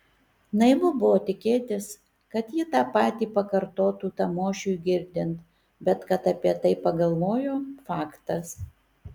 naivu buvo tikėtis kad ji tą patį pakartotų tamošiui girdint bet kad apie tai pagalvojo faktas